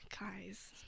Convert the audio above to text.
guys